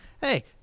Hey